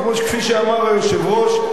כפי שאמר היושב-ראש,